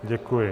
Děkuji.